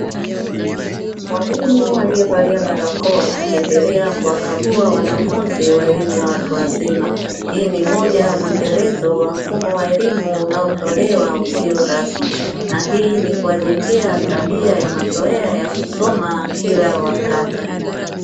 Mwalimu aliyevalia barakoa akiendelea kuwakagua wanafunzi wa elimu ya watu wazima. Hii ni moja ya mwendelezo wa mfumo wa elimu unaotolewa usio rasmi, na hii ni kuwajengea tabia ya mazoea ya kusoma kila wakati.